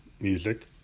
music